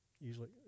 Usually